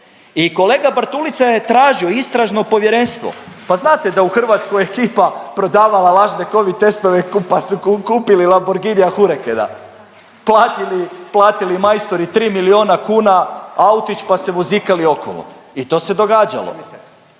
I kolega Bartulica je tražio istražno povjerenstvo. Pa znate da je u Hrvatskoj ekipa prodavala lažne covid testove pa su kupili Lamborginija Huricanea, platili, platili majstori tri milijuna kuna autić pa se vozikali okolo i to se događalo.